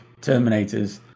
Terminators